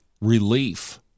Relief